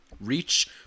reach